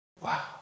Wow